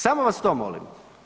Samo vas to molim.